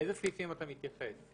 לאיזה סעיפים אתה מתייחס?